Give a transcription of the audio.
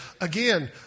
again